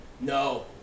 No